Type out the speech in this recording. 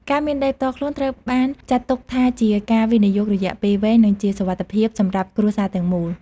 ការមានដីផ្ទាល់ខ្លួនត្រូវបានចាត់ទុកថា ជាការវិនិយោគរយៈពេលវែង និងជាសុវត្ថិភាពសម្រាប់គ្រួសារទាំងមូល។